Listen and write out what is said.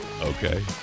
Okay